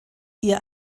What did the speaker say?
ihr